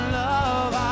love